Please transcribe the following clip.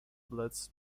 blitz